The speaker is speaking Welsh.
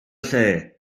lle